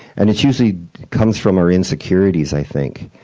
and it's usually comes from our insecurities, i think.